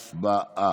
הצבעה.